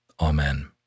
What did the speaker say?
Amen